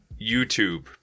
youtube